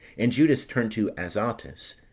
and judas turned to azotus,